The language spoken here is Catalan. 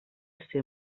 ser